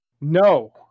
No